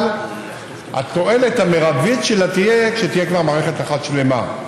אבל התועלת המרבית שלה תהיה כשתהיה כבר מערכת אחת שלמה.